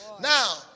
Now